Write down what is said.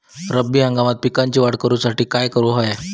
रब्बी हंगामात पिकांची वाढ करूसाठी काय करून हव्या?